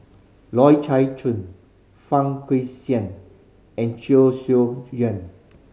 Loy Chye Chuan Fang Guixiang and Chee Soon Juan